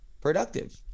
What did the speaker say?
productive